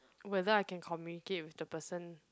whether I can communicate with the person